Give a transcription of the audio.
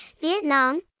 Vietnam